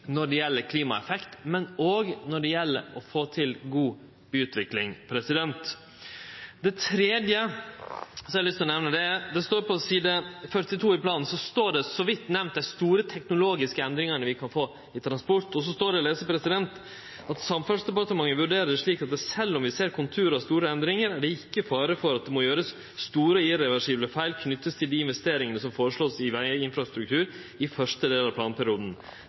når det gjeld klimaeffekt, men òg når det gjeld å få til god byutvikling. Så til det tredje som eg har lyst til å nemne. På side 42 i planen står så vidt nemnt dei store teknologiske endringane vi kan få innan transport, og så står det å lese: «Samferdselsdepartementet vurderer det slik at selv om vi ser konturer av store endringer, er det ikke fare for at det nå gjøres store og irreversible feil knyttet til de investeringene som foreslås i veginfrastruktur i første del av planperioden.